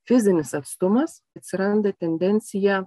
fizinis atstumas atsiranda tendencija